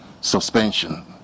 suspension